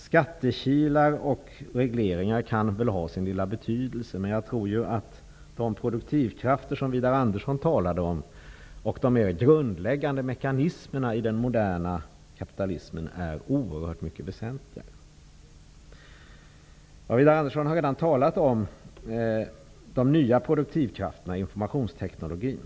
Skattekilar och regleringar kan väl ha sin lilla betydelse, men jag tror att de produktivkrafter som Widar Andersson talade om och de grundläggande mekanismerna i den moderna kapitalismen är oerhört mycket väsentligare. Widar Andersson har redan talat om de nya produktivkrafterna inom informationsteknologin.